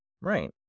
Right